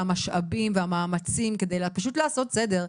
המשאבים והמאמצים כדי פשוט לעשות סדר.